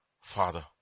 Father